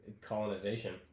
colonization